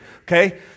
Okay